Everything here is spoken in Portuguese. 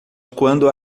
quando